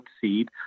seed